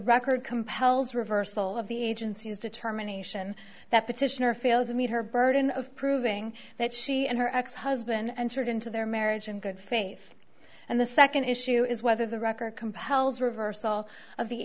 record compels reversal of the agency's determination that petitioner failed to meet her burden of proving that she and her ex husband entered into their marriage in good faith and the second issue is whether the record compels reversal of the